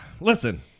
Listen